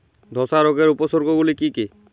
ধসা রোগের উপসর্গগুলি কি কি?